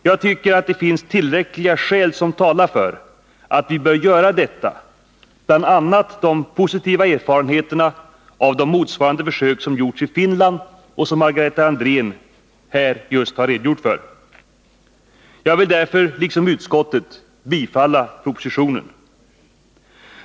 Jag tycker att det finns tillräckliga skäl som talar för att vi bör göra detta, bl.a. de positiva erfarenheterna av motsvarande försök som gjorts i Finland och som Margareta Andrén just nu har redogjort för. Jag vill därför, liksom utskottet, tillstyrka propositionens förslag.